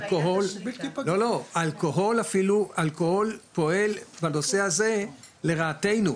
אלכוהול פועל בנושא הזה לרעתנו,